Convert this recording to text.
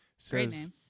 says